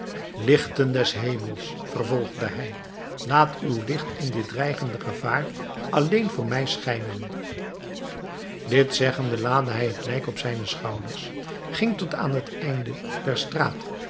lichten des hemels vervolgde hij laat uw licht in dit dreigende gevaar alleen voor mij schijnen dit zeggende laadde hij het lijk op zijne schouders ging tot aan het einde der straat